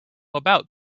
about